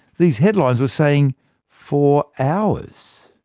these headlines were saying four hours.